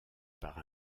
par